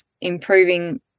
improving